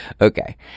Okay